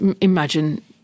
imagine